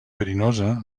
verinosa